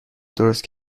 درست